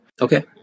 Okay